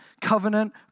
covenant